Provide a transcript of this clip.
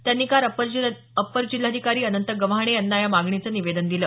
त्यांनी काल अप्पर जिल्हाधिकारी अनंत गव्हाणे यांना या मागणीचं निवेदन दिलं